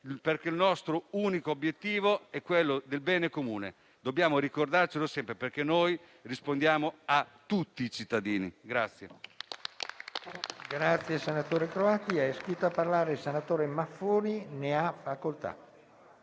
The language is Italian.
perché il nostro unico obiettivo è il bene comune. Dobbiamo ricordarlo sempre, perché noi rispondiamo a tutti i cittadini.